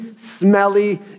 smelly